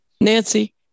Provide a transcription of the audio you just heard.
Nancy